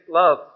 love